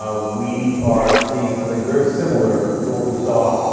ah we are seeing something very similar to what we saw